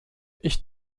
ich